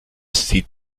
sieht